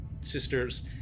sisters